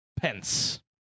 pence